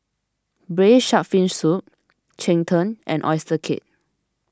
Braised Shark Fin Soup Cheng Tng and Oyster Cake